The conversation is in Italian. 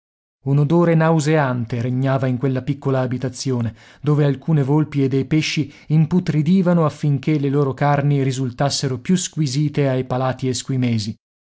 un odore nauseante regnava in quella piccola abitazione dove alcune volpi e dei pesci imputridivano affinché le loro carni risultassero più squisite ai palati esquimesi